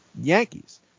Yankees